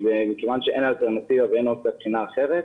מכיוון שאין אלטרנטיבה ואין אופציית בחינה אחרת,